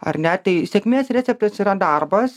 ar ne tai sėkmės receptas yra darbas